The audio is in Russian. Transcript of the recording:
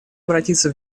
обратиться